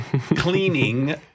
cleaning